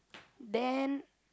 then